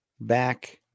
back –